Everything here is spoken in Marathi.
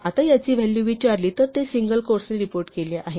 आता याची व्हॅलू विचारली तर ते सिंगल क्वोट्सने रिपोर्ट केले आहे